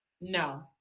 No